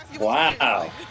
Wow